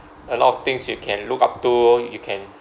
a lot of things you can look up to you can